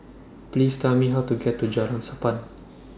Please Tell Me How to get to Jalan Sappan